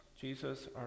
Jesus